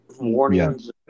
Warnings